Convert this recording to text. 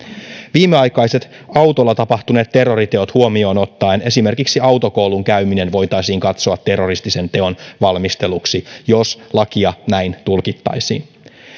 viimeaikaiset autolla tapahtuneet terroriteot huomioon ottaen esimerkiksi autokoulun käyminen voitaisiin katsoa terroristisen teon valmisteluksi jos lakia näin tulkittaisiin